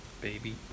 baby